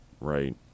Right